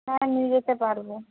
হ্যাঁ নিয়ে যেতে পারব